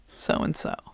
So-and-so